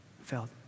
felt